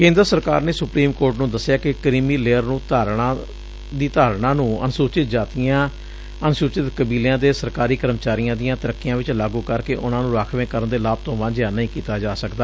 ਕੇਦਰ ਸਰਕਾਰ ਨੇ ਸੁਪਰੀਮ ਕੋਰਟ ਨੂੰ ਦਸਿਐ ਕਿ ਕਰੀਮੀ ਲੇਅਰ ਦੀ ਧਾਰਣਾ ਨੂੰ ਅਨੁਸੁਚਿਤ ਜਾਤੀਆਂ ਅਨੁਸੁਚਿਤ ਕਬੀਲਿਆਂ ਦੇ ਸਰਕਾਰੀ ਕਰਮਚਾਰੀਆਂ ਦੀਆਂ ਤਰੱਕੀਆਂ ਵਿਚ ਲਾਗੁ ਕਰਕੇ ਉਨੂਾਂ ਨੂੰ ਰਾਖਵੇਂਕਰਨ ਦੇ ਲਾਭ ਤੋਂ ਵਾਂਝਿਆਂ ਨਹੀਂ ਕੀਤਾ ਜਾ ਸਕਦਾ